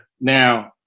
Now